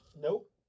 nope